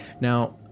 Now